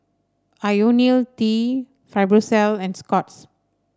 IoniL T Fibrosol and Scott's